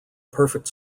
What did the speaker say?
perfect